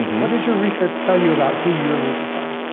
what does your research tell you about who your readers are?